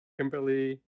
Kimberly